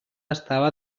estava